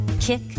kick